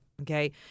okay